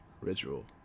ritual